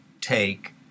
take